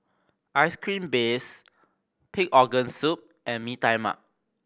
ice cream breads pig organ soup and Mee Tai Mak